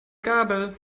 gabel